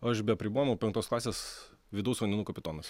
aš be apribojimų penktos klasės vidaus vandenų kapitonas